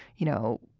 you know,